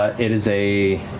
it is a,